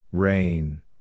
Rain